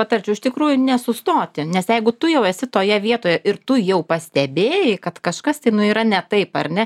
patarčiau iš tikrųjų nesustoti nes jeigu tu jau esi toje vietoje ir tu jau pastebėjai kad kažkas yra ne taip ar ne